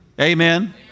Amen